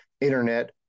internet